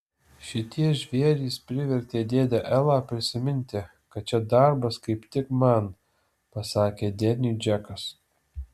šitie žvėrys privertė dėdę elą prisiminti kad čia darbas kaip tik man pasakė deniui džekas